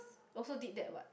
also did that what